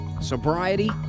sobriety